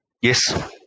Yes